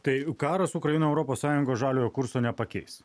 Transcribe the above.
tai karas ukrainoj europos sąjungos žaliojo kurso nepakeis